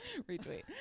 Retweet